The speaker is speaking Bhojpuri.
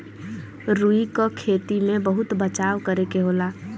रुई क खेती में बहुत बचाव करे के होला